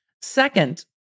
second